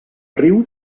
riu